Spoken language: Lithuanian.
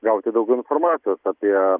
gauti daugiau informacijos apie